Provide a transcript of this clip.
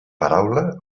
paraula